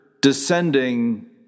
descending